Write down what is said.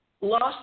lost